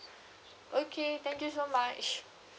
okay thank you so much